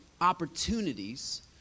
opportunities